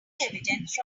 evidence